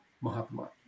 Mahatma